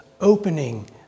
opening